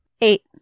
Eight